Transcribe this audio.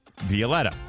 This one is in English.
Violetta